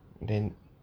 then